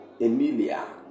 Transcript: Emilia